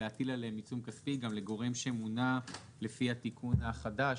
להטיל עליהם את העיצום הכספי גם לגורם שמונע לפי התיקון החדש.